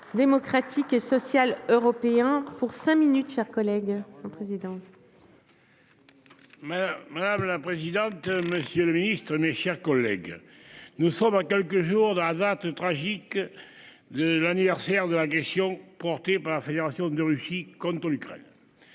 démocratique et social européen pour cinq minutes chers collègues la président. Mais madame la présidente. Monsieur le Ministre, mes chers collègues, nous sommes à quelques jours de la date tragique. De l'anniversaire de la gestion portée par la Fédération de Russie contre l'Ukraine.